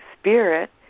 Spirit